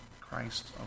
Christ